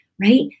right